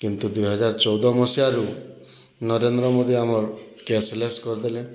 କିନ୍ତୁ ଦୁଇହଜାର ଚଉଦ ମସିହାରୁ ନରେନ୍ଦ୍ର ମୋଦୀ ଆମର କ୍ୟାସଲେସ୍ କରିଦେଲେ